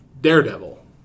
Daredevil